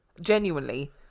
Genuinely